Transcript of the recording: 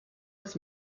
des